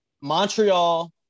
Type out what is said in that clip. Montreal